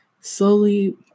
slowly